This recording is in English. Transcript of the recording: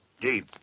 Deep